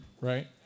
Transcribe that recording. right